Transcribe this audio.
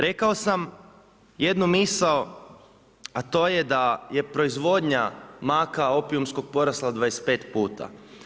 Rekao sam jednu misao a to je da je proizvodnja maka opijumskog porasla 25 puta.